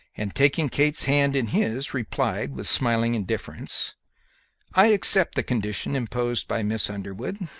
and, taking kate's hand in his, replied, with smiling indifference i accept the condition imposed by miss underwood,